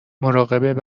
مراقب